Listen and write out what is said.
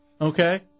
okay